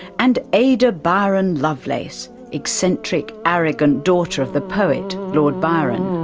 and ada byron lovelace, eccentric, arrogant daughter of the poet, lord byron.